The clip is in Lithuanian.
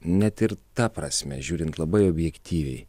net ir ta prasme žiūrint labai objektyviai